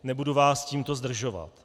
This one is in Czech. Nebudu vás tím zdržovat.